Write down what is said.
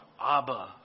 Abba